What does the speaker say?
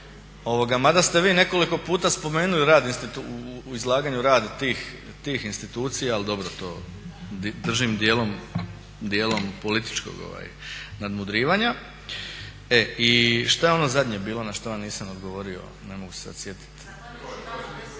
mada ste vi nekoliko puta spomenuli u izlaganju rad tih institucija ali dobro, to držim dijelom političkog nadmudrivanja. I šta je ono zadnje bilo na što vam nisam odgovorio, ne mogu se sad sjetit?